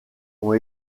ont